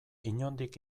inondik